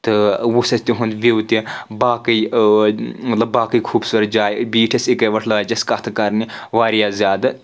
تہٕ وٕچھۍ اسہِ تُہنٛد وِیِو تہِ باقٕے مطلب باقٕے خوٗبصوٗرت جایہِ بیٖٹھۍ أسۍ اکوَٹ لٲج اسہِ کَتھ کرنہِ واریاہ زیادٕ